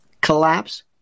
collapse